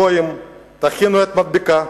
גויים, תכינו את המדבקה,